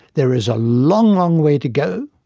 there is a long, long way to go